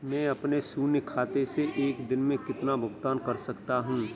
मैं अपने शून्य खाते से एक दिन में कितना भुगतान कर सकता हूँ?